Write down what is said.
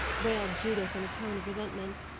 wailed judith, in a tone of resentment.